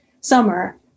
summer